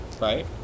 Right